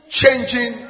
changing